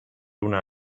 una